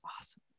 Awesome